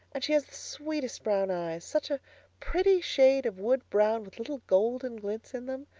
and she has the sweetest brown eyes. such a pretty shade of wood-brown with little golden glints in them.